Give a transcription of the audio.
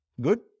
good